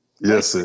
Yes